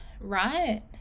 right